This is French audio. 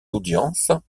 audiences